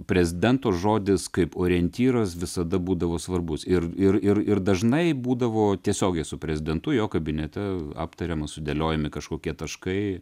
prezidento žodis kaip orientyras visada būdavo svarbus ir ir ir ir dažnai būdavo tiesiogiai su prezidentu jo kabinete aptariamas sudėliojami kažkokie taškai